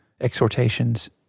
exhortations